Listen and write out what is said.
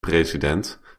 president